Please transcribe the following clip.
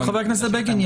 חבר הכנסת בגין,